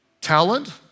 Talent